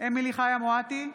אמילי חיה מואטי,